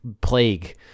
plague